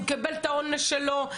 הוא קיבל את העונש שלו,